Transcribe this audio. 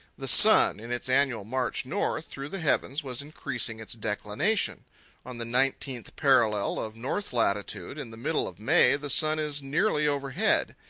the sun, in its annual march north through the heavens, was increasing its declination on the nineteenth parallel of north latitude in the middle of may the sun is nearly overhead.